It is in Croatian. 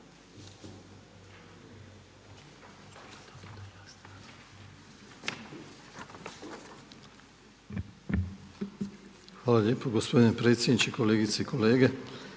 Hvala lijepo gospodine predsjedniče, kolegice i kolege.